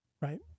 right